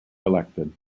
elected